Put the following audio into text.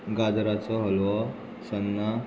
गाजराचो हलवो सन्नां